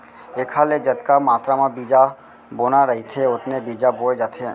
एखर ले जतका मातरा म बीजा बोना रहिथे ओतने बीजा बोए जाथे